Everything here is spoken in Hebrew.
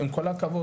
עם כל הכבוד,